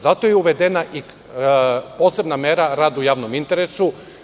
Zato je uvedena posebna mera – rad u javnom interesu.